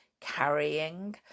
carrying